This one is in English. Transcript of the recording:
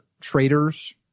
traders